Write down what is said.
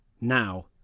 Now